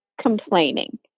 complaining